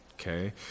okay